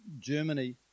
Germany